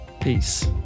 Peace